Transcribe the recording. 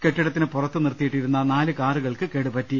കെട്ടിടത്തിന് പുറത്ത് നിർത്തിയിട്ടിരുന്ന നാല് കാറുകൾക്ക് കേടുപറ്റി